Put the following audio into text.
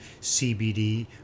cbd